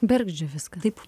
bergždžia viską taip